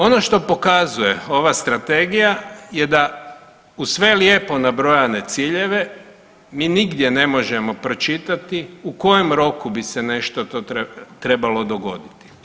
Ono što pokazuje ova strategija je da uz sve lijepo nabrojane ciljeve mi nigdje ne možemo pročitati u kojem roku bi se nešto to trebalo dogoditi.